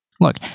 Look